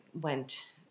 went